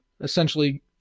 essentially